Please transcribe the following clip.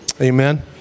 Amen